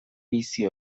bizi